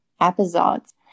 episodes